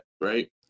right